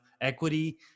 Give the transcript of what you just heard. equity